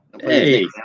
Hey